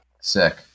Sick